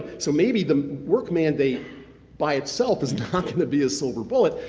so maybe the work mandate by itself is not going to be a silver bullet,